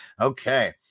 Okay